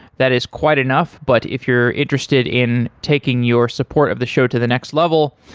that is quite enough, but if you're interested in taking your support of the show to the next level,